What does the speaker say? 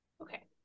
Okay